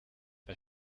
bei